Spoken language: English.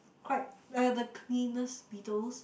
quite the cleanest beetles